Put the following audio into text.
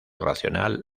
racional